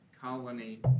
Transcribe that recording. colony